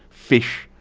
fish,